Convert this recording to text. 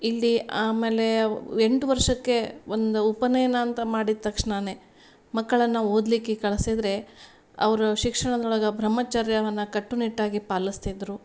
ಇಲ್ಲಿ ಆಮೇಲೆ ಎಂಟು ವರ್ಷಕ್ಕೆ ಒಂದು ಉಪನಯನ ಅಂತ ಮಾಡಿದ ತಕ್ಷಣನೆ ಮಕ್ಕಳನ್ನ ಓದಲಿಕ್ಕೆ ಕಳ್ಸಿದರೆ ಅವರು ಶಿಕ್ಷಣದೊಳ್ಗ ಬ್ರಹ್ಮಚರ್ಯವನ್ನ ಕಟ್ಟುನಿಟ್ಟಾಗಿ ಪಾಲ್ಸ್ತಿದ್ದರು